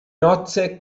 nozze